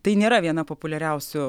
tai nėra viena populiariausių